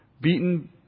beaten